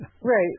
Right